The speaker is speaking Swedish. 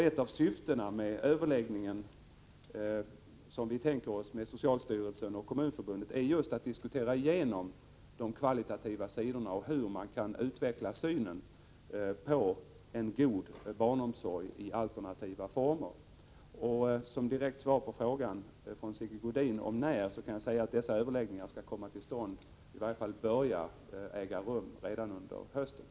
Ett av syftena med den överläggning som vi tänker oss ha med socialstyrelsen och Kommunförbundet är just att diskutera igenom de kvalitativa sidorna och hur man kan utveckla synen på en god barnomsorg i alternativa former. Som direkt svar på frågan när kan jag säga att dessa överläggningar skall komma till stånd eller i varje fall ta sin början redan under denna höst.